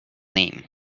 name